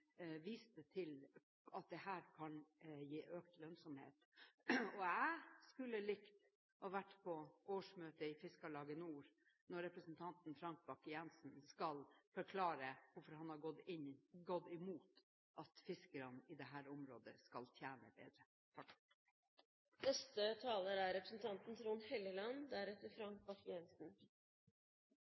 viste til at dette kan gi økt lønnsomhet. Jeg skulle likt å være på årsmøtet i Fiskarlaget Nord når representanten Frank Bakke-Jensen skal forklare hvorfor han har gått imot at fiskerne i dette området skal tjene bedre.